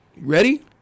Ready